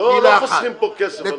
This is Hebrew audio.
לא חוסכים פה כסף.